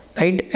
right